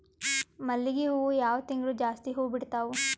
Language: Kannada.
ಮಲ್ಲಿಗಿ ಹೂವು ಯಾವ ತಿಂಗಳು ಜಾಸ್ತಿ ಹೂವು ಬಿಡ್ತಾವು?